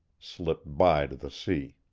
slipped by to the sea.